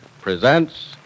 presents